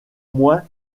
moins